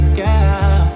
girl